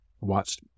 watched